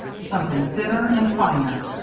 something thinner and finer.